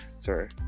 sorry